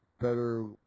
better